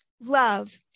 Love